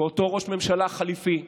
ואותו ראש ממשלה חליפי,